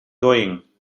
going